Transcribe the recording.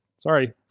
Sorry